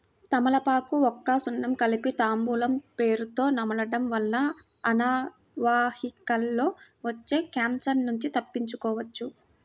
తమలపాకు, వక్క, సున్నం కలిపి తాంబూలం పేరుతొ నమలడం వల్ల అన్నవాహికలో వచ్చే క్యాన్సర్ నుంచి తప్పించుకోవచ్చు